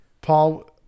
Paul